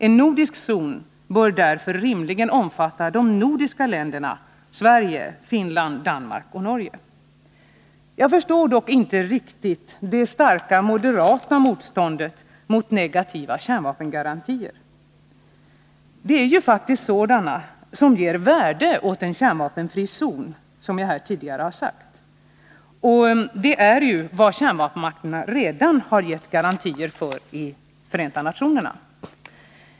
En nordisk zon bör därför till att börja med rimligen omfatta länderna Sverige, Finland, Danmark och Norge. Jag förstår dock inte riktigt det starka moderata motståndet mot negativa kärnvapengarantier. Det är ju faktiskt sådana som ger värde åt en kärnvapenfri zon, vilket jag tidigare har sagt. Det är också vad kärnvapenmakterna redan har givit garantier för i FN.